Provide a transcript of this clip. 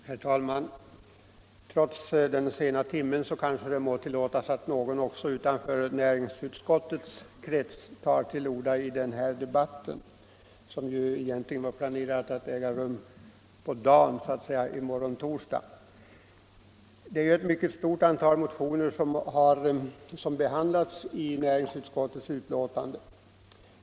Herr talman! Trots den sena timmen kanske det må tillåtas att någon också utanför näringsutskottets krets tar till orda i den här debatten, som egentligen var planerad att äga rum på dagen i morgon torsdag. Ett mycket stort antal motioner behandlas i näringsutskottets betänkande.